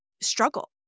struggle